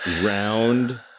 Round